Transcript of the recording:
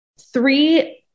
three